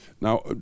Now